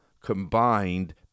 combined